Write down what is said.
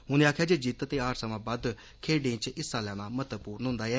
उनें आक्खेआ जे जित्त ते हार सवां बद्द खेड्डें च हिस्सा लैना महत्वपूर्ण होंदा ऐ